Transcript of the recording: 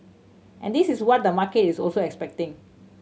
and this is what the market is also expecting